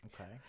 Okay